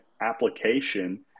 application